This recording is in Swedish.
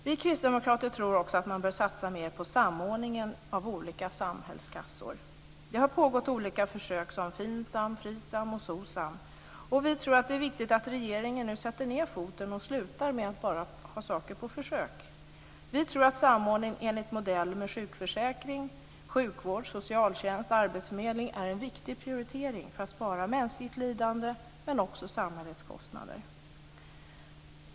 Vi kristdemokrater tror också att man bör satsa mer på samordningen av olika samhällskassor. Det har pågått olika försök, som FINSAM, FRISAM och SOCSAM, och vi tror att det är viktigt att regeringen nu sätter ned foten och slutar med att bara ha saker på försök. Vi tror att samordning enligt modell mellan sjukförsäkring, sjukvård, socialtjänst och arbetsförmedling är en viktig prioritering för att spara mänskligt lidande men också samhällets kostnader.